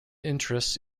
interests